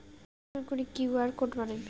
কেমন করি QR code বানাম?